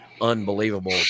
unbelievable